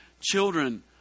children